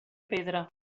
pedra